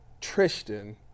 Tristan